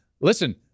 Listen